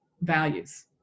values